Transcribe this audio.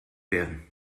werden